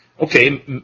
okay